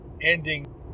ending